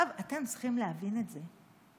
אתם צריכים להבין את זה.